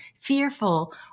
fearful